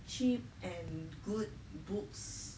cheap and good books